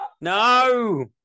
No